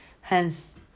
Hence